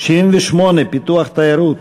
לשנת התקציב 2014,